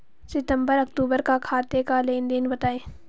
सितंबर अक्तूबर का खाते का लेनदेन बताएं